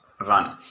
run